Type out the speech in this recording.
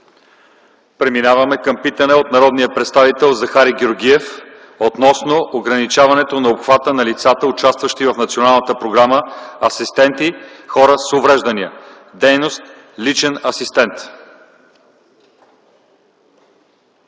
Преминаваме към питане от народния представител Захари Георгиев относно увеличаване на обхвата на лицата, участващи в Националната програма „Асистенти на хора с увреждания”, дейност „личен асистент”.